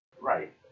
right